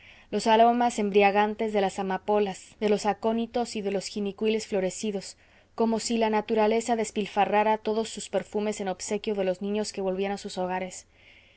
los aromas embriagantes de las amapolas de los acónitos y de los jinicuiles florecidos como si la naturaleza despilfarrara todos sus perfumes en obsequio de los niños que volvían a sus hogares